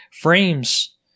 frames